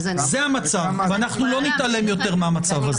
זה המצב ואנחנו לא נתעלם יותר מהמצב הזה.